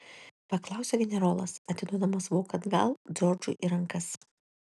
paklausė generolas atiduodamas voką atgal džordžui į rankas